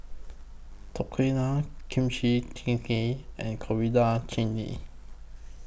Tortillas Kimchi Jjigae and Coriander Chutney